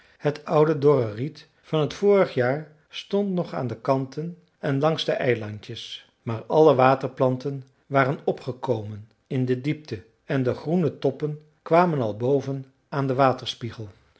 het oude dorre riet van t vorige jaar stond nog aan de kanten en langs de eilandjes maar alle waterplanten waren opgekomen in de diepte en de groene toppen kwamen al boven aan den